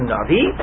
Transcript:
Navi